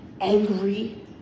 angry